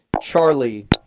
Charlie